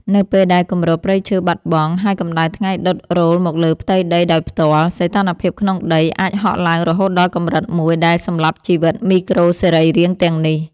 នៅពេលដែលគម្របព្រៃឈើបាត់បង់ ហើយកម្ដៅថ្ងៃដុតរោលមកលើផ្ទៃដីដោយផ្ទាល់ សីតុណ្ហភាពក្នុងដីអាចហក់ឡើងរហូតដល់កម្រិតមួយដែលសម្លាប់ជីវិតមីក្រូសរីរាង្គទាំងនេះ។